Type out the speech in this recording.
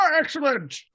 excellent